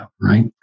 right